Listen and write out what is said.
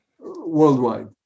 worldwide